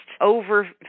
over